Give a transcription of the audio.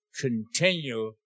continue